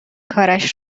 کارش